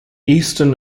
eastern